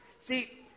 See